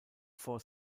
four